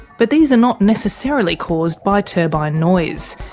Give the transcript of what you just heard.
but these are not necessarily caused by turbine noise,